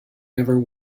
never